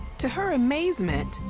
to her amazement,